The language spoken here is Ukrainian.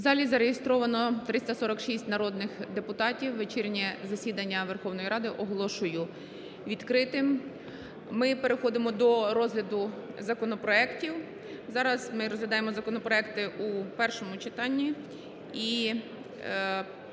У залі зареєстровано 346 народних депутатів. Вечірнє засідання Верховної Ради оголошую відкритим. Ми переходимо до розгляду законопроектів. Зараз ми розглядаємо законопроекти у першому читанні.